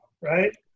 Right